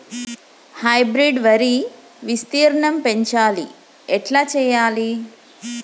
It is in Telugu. హైబ్రిడ్ వరి విస్తీర్ణం పెంచాలి ఎట్ల చెయ్యాలి?